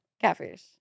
catfish